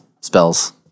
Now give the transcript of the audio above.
spells